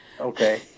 Okay